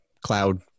cloud